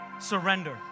surrender